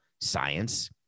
science